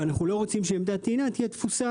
ואנחנו לא רוצים שעמדת טעינה תהיה תפוסה